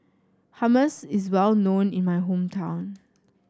hummus is well known in my hometown